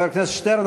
חבר הכנסת שטרן,